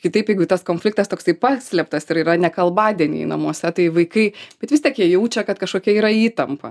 kitaip jeigu tas konfliktas toksai paslėptas ir yra neklbadieniai namuose tai vaikai bet vis tiek jie jaučia kad kažkokia yra įtampa